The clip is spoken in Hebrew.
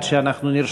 עד שאנחנו נרשמים,